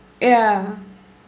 ya